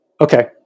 okay